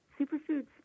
superfoods